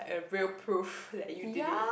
a real proof that you did it